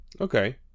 Okay